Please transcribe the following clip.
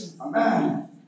Amen